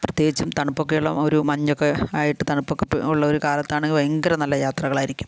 പ്രത്യേകിച്ചും തണുപ്പൊക്കെ ഉള്ള ഒരു മഞ്ഞൊക്കെ ആയിട്ട് തണുപ്പൊക്കെ ഉള്ള ഒരു കാലത്താണെങ്കിൽ ഭയങ്കര നല്ല യാത്രകളായിരിക്കും